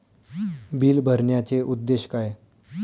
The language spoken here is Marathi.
बिल भरण्याचे उद्देश काय?